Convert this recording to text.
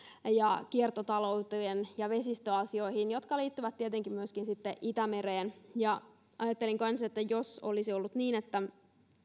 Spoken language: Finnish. ja kiertotalouteen ja vesistöasioihin jotka liittyvät tietenkin myöskin itämereen ajattelin kanssa että jos olisi ollut niin että